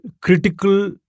critical